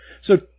So-